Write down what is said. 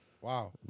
Wow